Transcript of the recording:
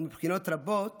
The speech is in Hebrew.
ומבחינות רבות